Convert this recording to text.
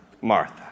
Martha